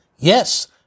Yes